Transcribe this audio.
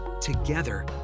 Together